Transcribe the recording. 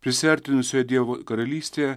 prisiartinusioje dievo karalystėje